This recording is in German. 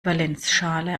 valenzschale